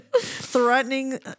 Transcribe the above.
threatening